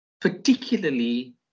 particularly